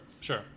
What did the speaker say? Sure